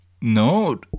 No